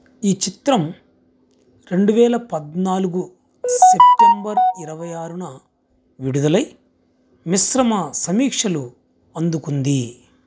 ఈ చిత్రం రెండు వేల పద్నాలుగు సెప్టెంబర్ ఇరవై ఆరున విడుదలై మిశ్రమ సమీక్షలు అందుకుంది